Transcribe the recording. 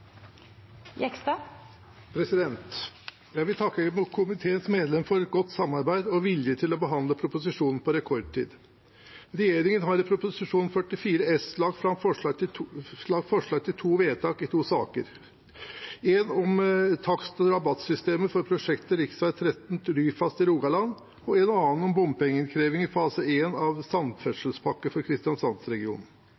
Jeg vil takke komiteens medlemmer for et godt samarbeid og vilje til å behandle proposisjonen på rekordtid. Regjeringen har i Prop. 44 S for 2019–2020 lagt fram forslag til vedtak i to saker: én om takst- og rabattsystemet for prosjektet rv. 13 Ryfast i Rogaland og en annen om bompengeinnkreving i fase 1 av